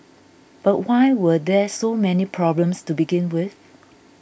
but why were there so many problems to begin with